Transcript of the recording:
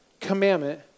commandment